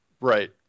Right